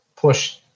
push